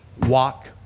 walk